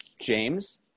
James